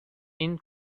این